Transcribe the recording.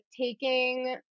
taking